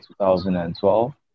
2012